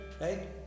right